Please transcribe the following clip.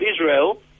Israel